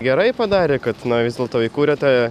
gerai padarė kad na vis dėlto įkūrė tą